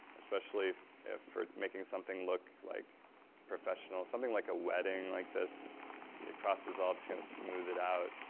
especially for making something look like professional. something like a wedding like this, a cross dissolve is going to smooth it out.